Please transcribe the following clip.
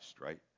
right